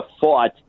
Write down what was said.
fought